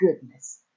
goodness